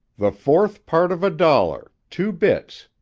the fourth part of a dollar, two bits!